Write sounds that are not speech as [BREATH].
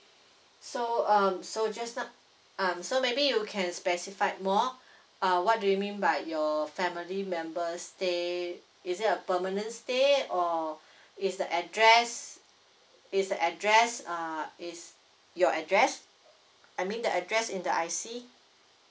so um so just now um so maybe you can specify more [BREATH] uh what do you mean by your family members stay is it a permanent stay or [BREATH] is the address is the address uh is your address I mean the address in the I_C